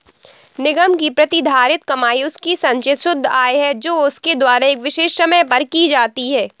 निगम की प्रतिधारित कमाई उसकी संचित शुद्ध आय है जो उसके द्वारा एक विशेष समय पर की जाती है